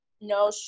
no